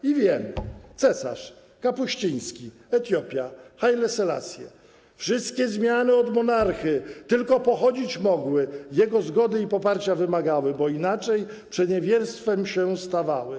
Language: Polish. W wiem: „Cesarz”, Kapuściński, Etiopia, Hajle Sellasje: wszystkie zmiany od monarchy tylko pochodzić mogły, jego zgody i poparcia wymagały, bo inaczej przeniewierstwem się stawały.